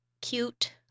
cute